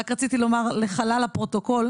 רק רציתי לומר לחלל הפרוטוקול,